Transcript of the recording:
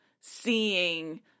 seeing –